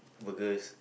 burgers